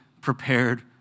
prepared